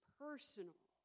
personal